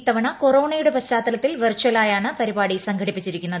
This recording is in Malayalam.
ഇത്തവണ കൊറോണയുടെ പശ്ചാത്തലത്തിൽ ഴ വിർചലായാണ് പരിപാടി സംഘടിപ്പിച്ചിരിക്കുന്നത്